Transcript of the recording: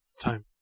Time